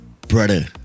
Brother